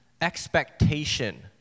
expectation